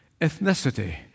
ethnicity